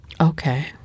Okay